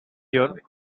year